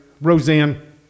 Roseanne